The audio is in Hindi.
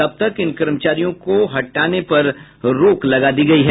तब तक इन कर्मचारियों की हटाने पर रोक लगा दी गयी है